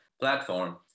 platform